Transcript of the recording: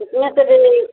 इसमें से दे मिनी